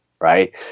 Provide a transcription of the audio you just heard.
right